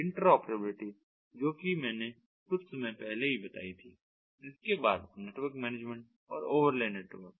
interoperability जो कि मैंने कुछ समय पहले ही बताई थी इसके बाद नेटवर्क मैनेजमेंट और ओवरले नेटवर्क